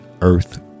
earth